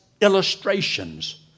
illustrations